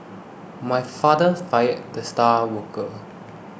my father fired the star worker